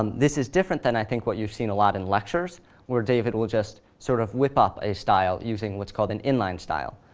um this is different than, i think, what you've seen a lot in lectures where david will just sort of whip up a style using what's called an inline style,